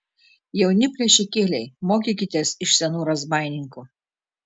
jauni plėšikėliai mokykitės iš senų razbaininkų